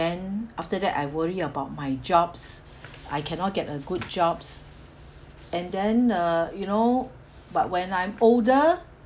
then after that I worry about my jobs I cannot get a good jobs and then uh you know but when I'm older